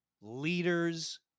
leaders